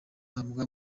ahabwa